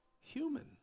Human